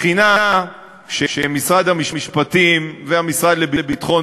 הבחינה שמשרד המשפטים והמשרד לביטחון